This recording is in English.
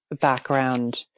background